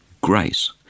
grace